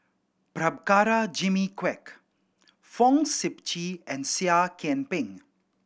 Prabhakara Jimmy Quek Fong Sip Chee and Seah Kian Peng